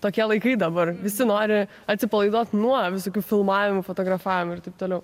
tokie laikai dabar visi nori atsipalaiduot nuo visokių filmavimu fotografavimu ir taip toliau